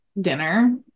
dinner